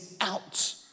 out